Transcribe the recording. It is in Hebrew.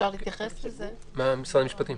משרד המשפטים.